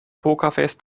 pokerface